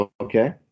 Okay